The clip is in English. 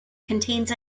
contains